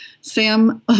Sam